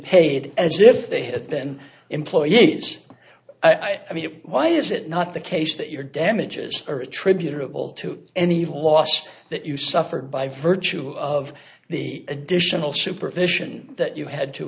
paid as if they have been employees i mean why is it not the case that your damages are attributable to any loss that you suffered by virtue of the additional supervision that you had to